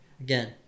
Again